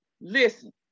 listen